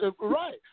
right